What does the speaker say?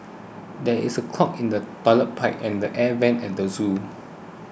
there is a clog in the Toilet Pipe and the Air Vents at the zoo